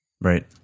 Right